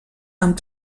amb